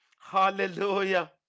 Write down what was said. Hallelujah